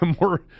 More